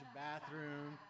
bathroom